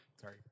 sorry